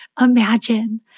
imagine